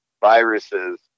viruses